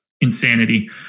insanity